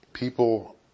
People